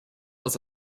aus